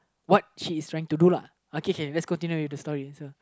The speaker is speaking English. what is trying to do lah okay K K let's continue with the story sir